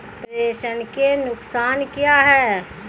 प्रेषण के नुकसान क्या हैं?